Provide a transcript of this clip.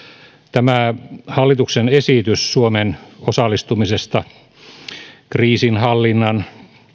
tämä hallituksen esitys suomen osallistumisesta kriisinhallinnan